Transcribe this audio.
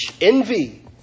envy